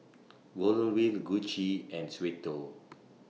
Golden Wheel Gucci and Suavecito